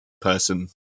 person